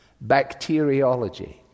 Bacteriology